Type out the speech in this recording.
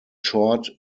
short